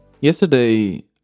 Yesterday